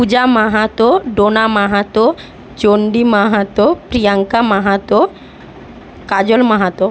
Puja Mahato Dona Mahato Chandi Mahato Priyanka Mahato Kajal Mahato